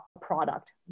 product